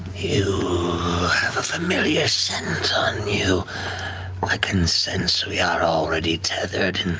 you have a familiar scent on you. i can sense we are already tethered